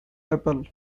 apple